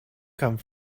come